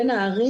בין הערים.